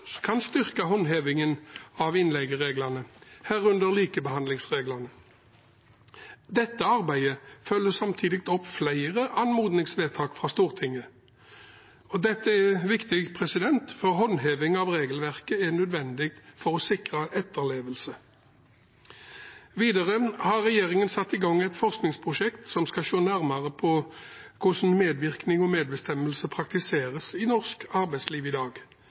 styrke håndhevingen av innleiereglene, herunder likebehandlingsreglene. Dette arbeidet følger samtidig opp flere anmodningsvedtak fra Stortinget. Det er viktig, for håndheving av regelverket er nødvendig for å sikre etterlevelse. Videre har regjeringen satt i gang et forskningsprosjekt som skal se nærmere på hvordan medvirkning og medbestemmelse praktiseres i norsk arbeidsliv i dag,